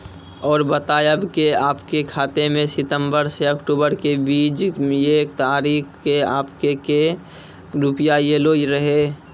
और बतायब के आपके खाते मे सितंबर से अक्टूबर के बीज ये तारीख के आपके के रुपिया येलो रहे?